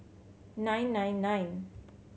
nine nine nine